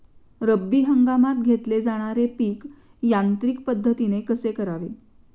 रब्बी हंगामात घेतले जाणारे पीक यांत्रिक पद्धतीने कसे करावे?